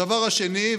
הדבר השני,